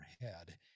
head